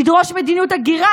תדרוש מדיניות הגירה.